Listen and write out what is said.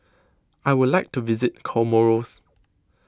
I would like to visit Comoros